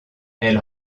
elle